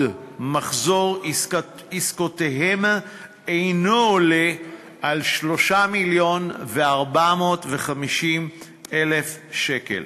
מחזור עסקותיהם אינו עולה על 3 מיליון ו-450,000 שקל.